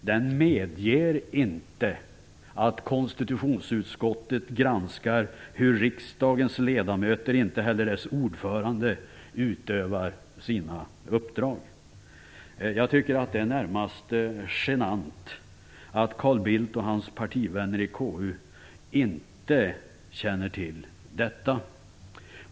Den medger inte att konstitutionsutskottet granskar hur riksdagens ledamöter eller utskottets ordförande utövar sina uppdrag. Jag tycker att det är närmast genant att Carl Bildt och hans partivänner i KU inte känner till detta.